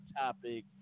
topic